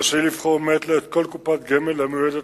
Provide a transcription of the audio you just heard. ורשאי לבחור מעת לעת כל קופת גמל המיועדת